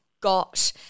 got